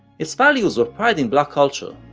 its values were pride in black culture,